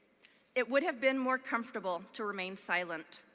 it would have been more comfortable to remain silent.